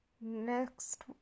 Next